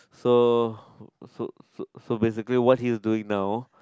so so so so basically what he's doing now